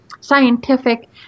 scientific